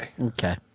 Okay